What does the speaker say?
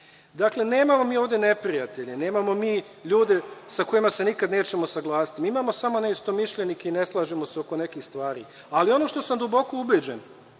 presude. Nemamo mi ovde neprijatelje, nemamo mi ljude sa kojima se nikada nećemo saglasiti. Mi imamo samo neistomišljenike i ne slažemo se oko nekih stvari, ali ono što sam duboko ubeđen